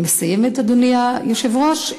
אני מסיימת, אדוני היושב-ראש.